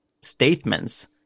statements